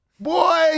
Boy